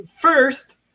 first